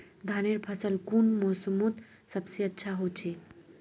धानेर फसल कुन मोसमोत सबसे अच्छा होचे?